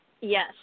Yes